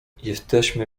jesteśmy